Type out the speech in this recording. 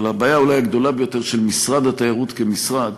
אבל הבעיה אולי הגדולה ביותר של משרד התיירות כמשרד